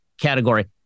category